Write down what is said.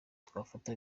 twafata